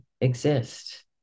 exist